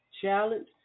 challenge